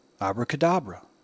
Abracadabra